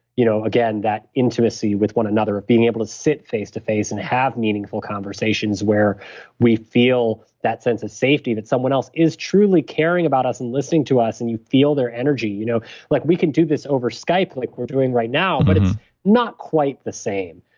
you know again, that intimacy with one another of being able to sit face to face and have meaningful conversations where we feel that sense of safety, that someone else is truly caring about us and listening to us and you feel their energy. you know like we can we can do this over skype like we're doing right now, but it's not quite the same.